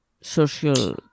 social